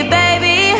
baby